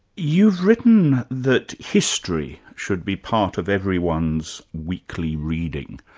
you've written that history should be part of everyone's weekly reading.